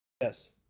Yes